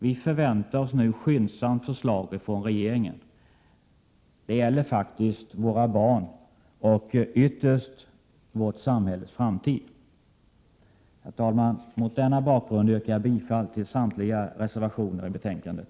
Vi förväntar oss nu skyndsamt förslag från regeringen. Det gäller faktiskt våra barn och ytterst vårt samhälles framtid. Herr talman! Mot denna bakgrund yrkar jag bifall till samtliga reservationer i betänkandet.